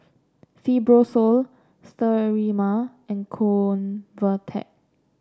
Fibrosol Sterimar and Convatec